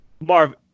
Marv